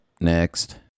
next